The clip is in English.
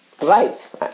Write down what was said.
life